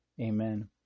Amen